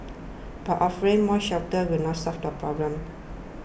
but offering more shelters will not solve the problem